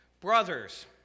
Brothers